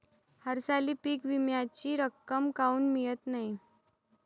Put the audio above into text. हरसाली पीक विम्याची रक्कम काऊन मियत नाई?